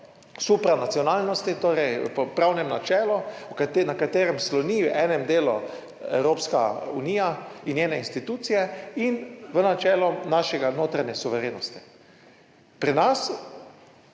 supernacionalnosti, torej po pravnem načelu, na katerem sloni v enem delu Evropska unija in njene institucije in v načelu naše notranje suverenosti. Pri nas